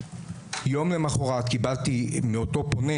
יום למוחרת קיבלתי מאותו פונה,